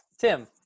Tim